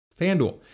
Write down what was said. FanDuel